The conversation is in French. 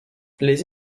les